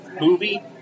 movie